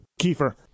Kiefer